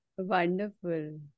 Wonderful